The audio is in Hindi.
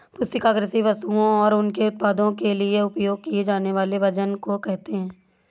पुस्तिका कृषि वस्तुओं और उनके उत्पादों के लिए उपयोग किए जानेवाले वजन को कहेते है